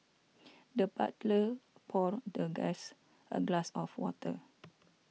the butler poured the guest a glass of water